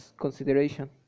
consideration